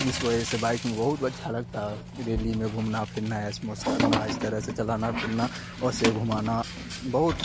اس وجہ سے بائک میں بہت اچھا لگتا ہے ریلی میں گھومنا پھرنا ایس موس کرنا اس طرح سے چلانا فرنا اور اسے گھمانا بہت